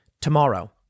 tomorrow